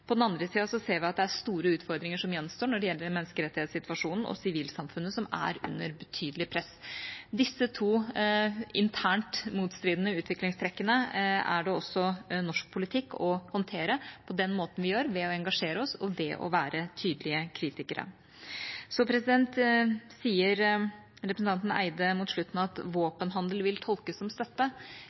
På den andre sida ser vi at det er store utfordringer som gjenstår når det gjelder menneskerettighetssituasjonen og sivilsamfunnet, som er under betydelig press. Disse to internt motstridende utviklingstrekkene er det også norsk politikk å håndtere på den måten vi gjør, ved å engasjere oss og ved å være tydelige kritikere. Så sier representanten Eide mot slutten at våpenhandel vil tolkes som støtte.